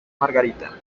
margarita